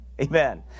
Amen